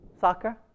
soccer